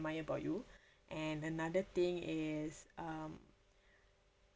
admire about you and another thing is um